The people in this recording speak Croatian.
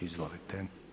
Izvolite.